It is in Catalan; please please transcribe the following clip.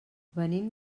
venim